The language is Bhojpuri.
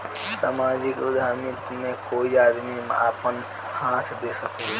सामाजिक उद्यमिता में कोई आदमी आपन हाथ दे सकेला